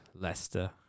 Leicester